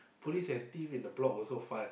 police have thief in the block also fun